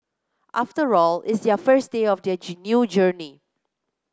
after all it's their first day of their new journey